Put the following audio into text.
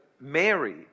Mary